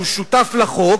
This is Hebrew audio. שהוא שותף לחוק,